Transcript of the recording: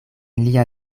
lia